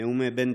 נאום בן דקה.